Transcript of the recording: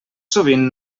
sovint